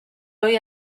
hoy